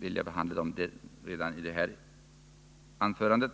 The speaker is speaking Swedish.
vill jag behandla dessa redan i det här anförandet.